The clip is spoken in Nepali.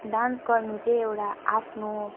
डान्स गर्नु चाहिँ एउटा आफ्नो